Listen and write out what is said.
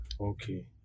Okay